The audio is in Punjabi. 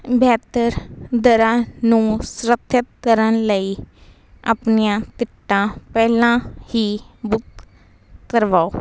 ਬਿਹਤਰ ਦਰਾਂ ਨੂੰ ਸੁਰੱਖਿਅਤ ਕਰਨ ਲਈ ਆਪਣੀਆਂ ਟਿਕਟਾਂ ਪਹਿਲਾਂ ਹੀ ਬੁੱਕ ਕਰਵਾਓ